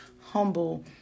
humble